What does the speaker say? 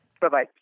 Bye-bye